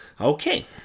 Okay